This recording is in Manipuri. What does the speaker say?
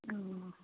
ꯑꯣ